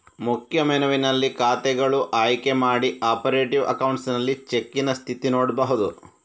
ಮುಖ್ಯ ಮೆನುವಿನಲ್ಲಿ ಖಾತೆಗಳು ಆಯ್ಕೆ ಮಾಡಿ ಆಪರೇಟಿವ್ ಅಕೌಂಟ್ಸ್ ಅಲ್ಲಿ ಚೆಕ್ಕಿನ ಸ್ಥಿತಿ ನೋಡ್ಬಹುದು